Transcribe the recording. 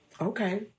okay